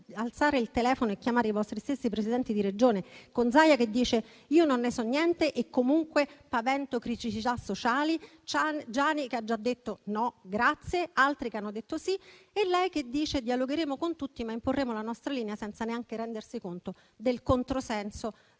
alzare il telefono e chiamare i vostri stessi Presidenti di Regione, con Zaia che dice «io non ne so niente e comunque pavento criticità sociali», Giani che ha già detto «no, grazie», altri che hanno detto sì, e lei che dice «dialogheremo con tutti ma imporremo la nostra linea», senza neanche rendersi conto del controsenso